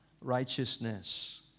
righteousness